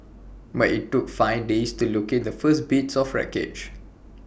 but IT took five days to locate the first bits of wreckage